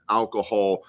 alcohol